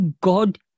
God